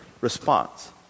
response